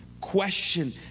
question